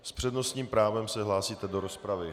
S přednostním právem se hlásíte do rozpravy.